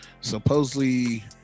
supposedly